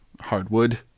hardwood